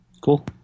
Cool